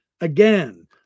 again